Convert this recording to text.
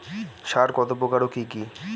সার কত প্রকার ও কি কি?